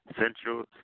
Central